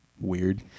weird